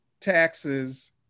taxes